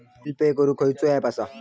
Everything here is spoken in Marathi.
बिल पे करूक खैचो ऍप असा?